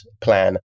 plan